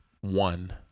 One